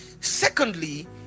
secondly